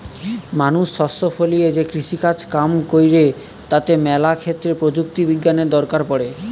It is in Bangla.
মানুষ শস্য ফলিয়ে যে কৃষিকাজ কাম কইরে তাতে ম্যালা ক্ষেত্রে প্রযুক্তি বিজ্ঞানের দরকার পড়ে